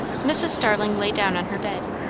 mrs. starling lay down on her bed,